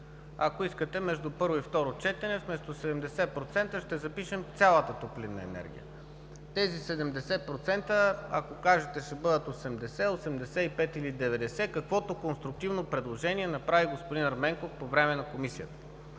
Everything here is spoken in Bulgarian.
Ако искате, между първо и второ четене вместо „70%“, ще запишем „цялата топлинна енергия“. Тези 70%, ако кажете, ще бъдат 80, 85 или 90, каквото конструктивно предложение направи господин Ерменков по време на Комисията.